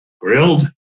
grilled